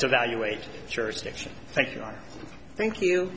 devaluate jurisdiction thank you i think you